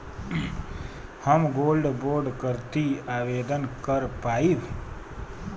हम gold bond करती आवेदन कर पाईब?